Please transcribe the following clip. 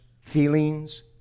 Feelings